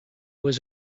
was